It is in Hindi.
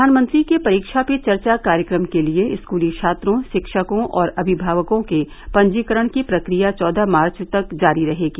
प्रधानमंत्री के परीक्षा पे चर्चा कार्यक्रम के लिए स्कूली छात्रों रिक्षकों और अभिभावकों के पंजीकरण की प्रक्रिया चौदह मार्च तक जारी रहेगी